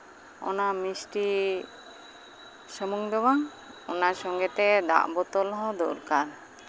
ᱚᱱᱟ ᱢᱤᱥᱴᱤ ᱥᱩᱢᱩᱱ ᱫᱚ ᱵᱟᱝ ᱚᱱᱟ ᱥᱚᱸᱜᱮᱛᱮ ᱫᱟᱜ ᱵᱳᱛᱚᱞ ᱦᱚᱸ ᱫᱚᱨᱠᱟᱨ